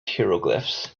hieroglyphics